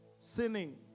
sinning